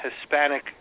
Hispanic